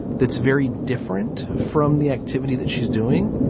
that's very different from the activity that she's doing